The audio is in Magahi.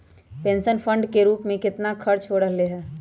पेंशन फंड के रूप में कितना खर्च हो रहले है?